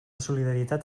solidaritat